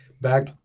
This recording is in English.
back